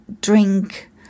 drink